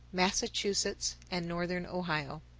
massachusetts, and northern ohio.